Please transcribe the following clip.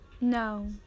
No